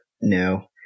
no